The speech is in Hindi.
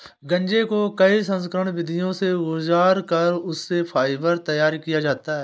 गांजे को कई संस्करण विधियों से गुजार कर उससे फाइबर तैयार किया जाता है